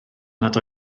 nad